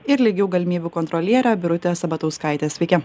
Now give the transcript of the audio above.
ir lygių galimybių kontroliere birute sabatauskaite sveiki